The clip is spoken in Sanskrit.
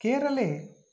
केरले